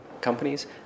companies